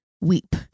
weep